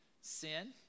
sin